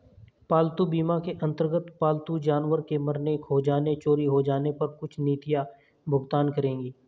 पालतू बीमा के अंतर्गत पालतू जानवर के मरने, खो जाने, चोरी हो जाने पर कुछ नीतियां भुगतान करेंगी